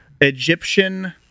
Egyptian